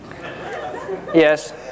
yes